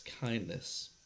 kindness